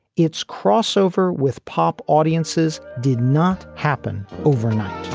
it's crossover with pop audiences did not happen overnight